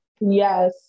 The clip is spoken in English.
Yes